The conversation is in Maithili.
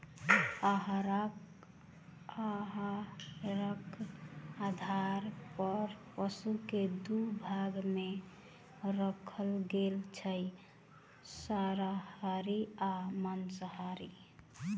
आहारक आधार पर पशु के दू भाग मे राखल गेल अछि, शाकाहारी आ मांसाहारी